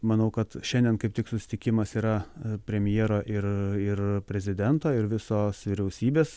manau kad šiandien kaip tik susitikimas yra premjero ir ir prezidento ir visos vyriausybės